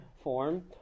form